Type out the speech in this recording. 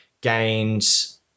gains